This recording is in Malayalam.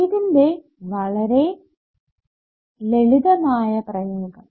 ഇതിന്റെ വളരെ ലളിതമായ പ്രയോഗം